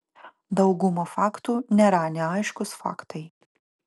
dauguma faktų nėra neaiškūs faktai